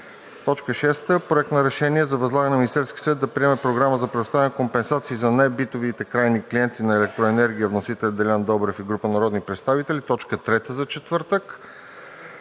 г. 6. Проект на решение за възлагане на Министерския съвет да приеме програма за предоставяне на компенсации на небитовите крайни клиенти на електроенергия. Вносители – Делян Добрев и група народни представители – точка трета за четвъртък,